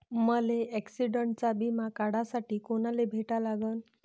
मले ॲक्सिडंटचा बिमा काढासाठी कुनाले भेटा लागन?